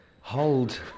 Hold